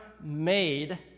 made